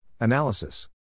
Analysis